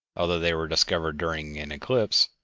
although they were discovered during an eclipse,